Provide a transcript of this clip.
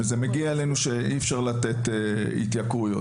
ומגיע אלינו שאי אפשר לתת התייקרויות.